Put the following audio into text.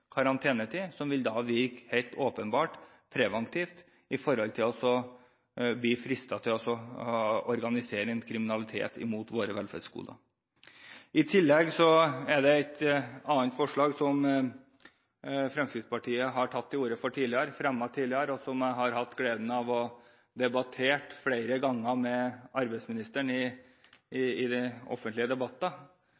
helt åpenbart vil virke preventivt når det gjelder å bli fristet til organisert kriminalitet mot våre velferdsgoder. I tillegg er det et annet forslag som Fremskrittspartiet har tatt til orde for og fremmet tidligere – og jeg har hatt gleden av å debattere dette flere ganger med arbeidsministeren i offentlige debatter. Dette er innspill jeg har fått fra folk som jobber i